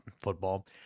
football